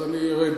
אני ארד.